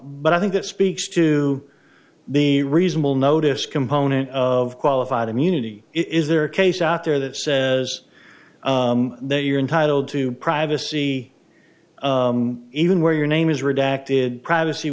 but i think that speaks to the reasonable notice component of qualified immunity is there a case out there that says that you're entitled to privacy even where your name is redacted privacy